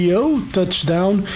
Touchdown